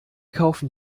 kaufen